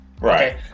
Right